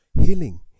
healing